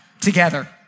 together